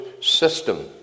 system